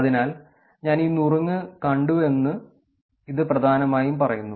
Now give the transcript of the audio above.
അതിനാൽ ഞാൻ ഈ നുറുങ്ങ് കണ്ടുവെന്ന് ഇത് പ്രധാനമായും പറയുന്നു